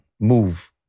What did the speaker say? move